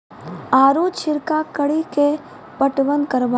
आलू छिरका कड़ी के पटवन करवा?